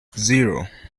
zero